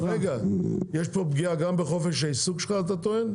רגע, יש פה פגיעה גם בחופש העיסוק שלך אתה טוען?